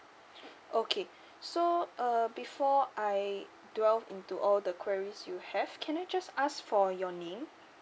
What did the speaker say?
okay so err before I delve into all the queries you have can I just ask for your name